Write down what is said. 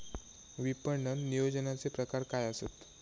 विपणन नियोजनाचे प्रकार काय आसत?